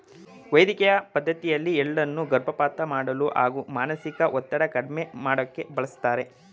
ವೈದ್ಯಕಿಯ ಪದ್ಡತಿಯಲ್ಲಿ ಎಳ್ಳನ್ನು ಗರ್ಭಪಾತ ಮಾಡಲು ಹಾಗೂ ಮಾನಸಿಕ ಒತ್ತಡ ಕಡ್ಮೆ ಮಾಡೋಕೆ ಬಳಸ್ತಾರೆ